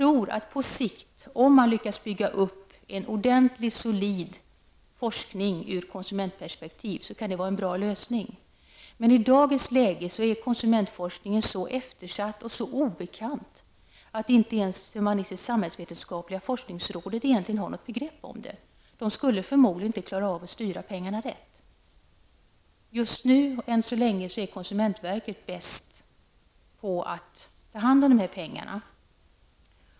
Om man lyckas bygga upp en ordentlig och solid forskning ur konsumentperspektivet kan det på sikt vara en bra lösning, men i dagens läge är konsumentforskningen så eftersatt och så obekant att inte ens humanistisk-samhällsvetenskapliga forskningsrådet egentligen har något grepp om det. Det skulle förmodligen inte klara av att styra pengarna rätt. Än så länge är konsumentverket bäst på att använda pengarna.